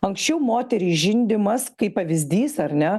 anksčiau moteriai žindymas kaip pavyzdys ar ne